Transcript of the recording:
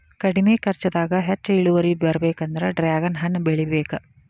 ಕಡ್ಮಿ ಕರ್ಚದಾಗ ಹೆಚ್ಚ ಇಳುವರಿ ಬರ್ಬೇಕಂದ್ರ ಡ್ರ್ಯಾಗನ್ ಹಣ್ಣ ಬೆಳಿಬೇಕ